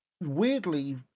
weirdly